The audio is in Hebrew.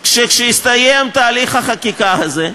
שכשיסתיים תהלך החקיקה הזה,